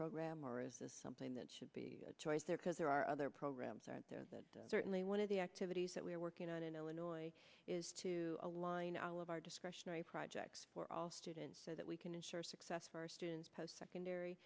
program or is this something that should be a choice there because there are other programs aren't there certainly one of the activities that we are working on in illinois is to align all of our discretionary projects for all students so that we can ensure success for our students post secondary